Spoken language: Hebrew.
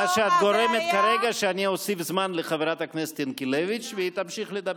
את גורמת כרגע שאני אוסיף זמן לחברת הכנסת ינקלביץ' והיא תמשיך לדבר.